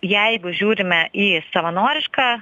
jeigu žiūrime į savanorišką